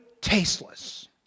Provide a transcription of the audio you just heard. tasteless